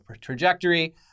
trajectory